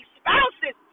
spouses